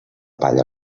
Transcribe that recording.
palla